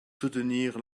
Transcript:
soutenir